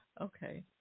Okay